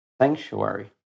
sanctuary